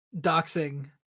doxing